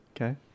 Okay